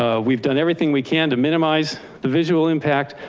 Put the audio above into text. ah we've done everything we can to minimize. the visual impact,